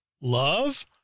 love